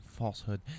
falsehood